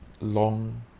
long